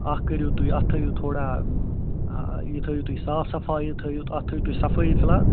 اکھ کٔرِو تُہۍ اَتھ تھٲوِو تُہۍ تھوڑا یہِ تھٲوِو تُہۍ صاف صفایی تھٲوِو اَتھ تھٲوِو صفٲیی تُہۍ فِلحال